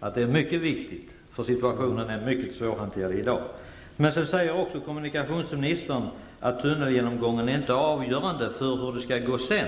att detta är mycket viktigt, eftersom situationen är mycket svårhanterlig i dag. Kommunikationsministern säger också att tunnelgenomgången inte är avgörande för hur det skall gå sedan.